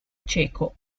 cieco